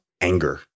anger